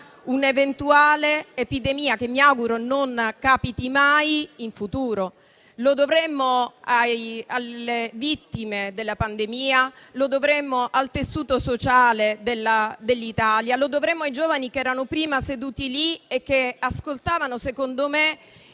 un'eventuale epidemia, che mi auguro non capiti mai in futuro. Lo dovremmo alle vittime della pandemia; lo dovremmo al tessuto sociale dell'Italia; lo dovremmo ai giovani che erano prima seduti sulle tribune e che, secondo me,